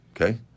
Okay